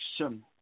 action